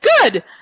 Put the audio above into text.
good